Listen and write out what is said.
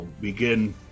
begin